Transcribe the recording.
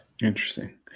Interesting